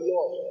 Lord